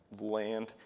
land